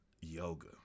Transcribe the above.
yoga